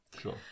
Sure